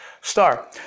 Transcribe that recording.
star